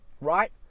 Right